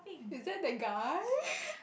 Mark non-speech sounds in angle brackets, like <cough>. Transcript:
is that that guy <laughs>